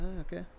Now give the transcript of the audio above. Okay